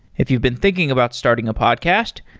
if you've been thinking about starting a podcast,